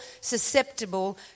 susceptible